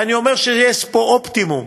ואני אומר שיש פה אופטימום,